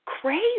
crazy